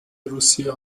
روسیه